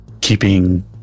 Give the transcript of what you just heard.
keeping